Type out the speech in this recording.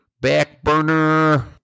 Back-burner